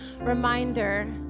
reminder